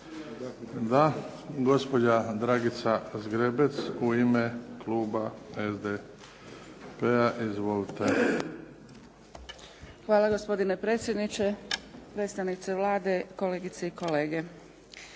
Da. Gospođa Dragica Zgrebec u ime Kluba SDP-a. Izvolite. **Zgrebec, Dragica (SDP)** Hvala gospodine predsjedniče, predstavnici Vlade, kolegice i kolege.